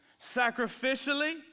sacrificially